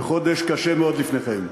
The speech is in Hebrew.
וחודש קשה מאוד לפניכם.